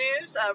news